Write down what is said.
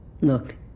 Look